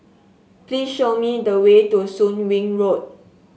please show me the way to Soon Wing Road